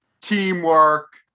teamwork